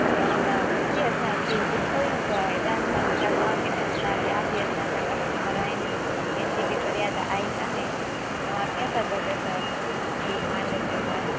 न न दीदी असांजो खीरु सुठो ई हूंदो आहे हेॾनि सालनि खां तव्हांखे ॾियूं था ॿिया बि असांजा कस्टमर आहिनि कंहिंजी बि फ़र्यादु आई कान्हे तव्हां कीअं त चयो की असांजो खीरु पाणीअ जहिड़ो आहे